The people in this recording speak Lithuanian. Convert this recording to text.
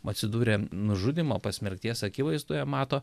atsidūrė nužudymo pasmerkties akivaizdoje mato